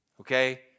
Okay